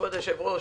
כבוד היושב-ראש,